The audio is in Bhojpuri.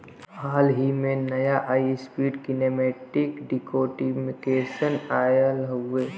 हाल ही में, नया हाई स्पीड कीनेमेटिक डिकॉर्टिकेशन आयल हउवे